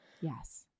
Yes